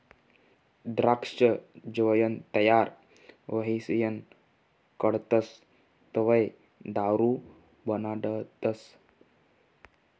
द्राक्ष जवंय तयार व्हयीसन काढतस तवंय दारू बनाडतस